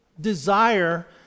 desire